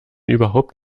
überhaupt